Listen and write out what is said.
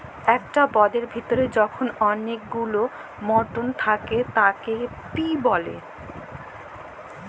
একট পদের ভিতরে যখল অলেক গুলান মটর থ্যাকে তাকে পি ব্যলে